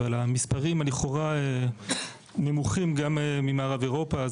המספרים לכאורה נמוכים גם ממערב אירופה.